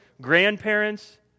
grandparents